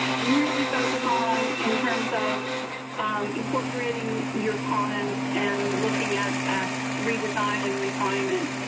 really focus on in terms of incorporating your cons and looking at at redesign and refinement.